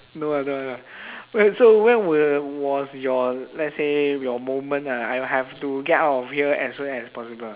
no ah no ah no wait so when were was your let's say your moment ah I have to get out of here as soon as possible